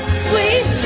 sweet